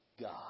God